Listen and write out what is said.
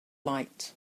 light